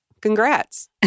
Congrats